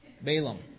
Balaam